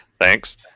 Thanks